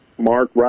Mark